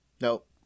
Nope